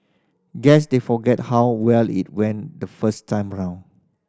guess they forgot how well it went the first time round